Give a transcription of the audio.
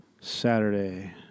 Saturday